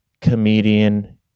comedian